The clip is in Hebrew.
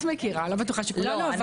את מכירה, אני לא בטוחה שכולנו.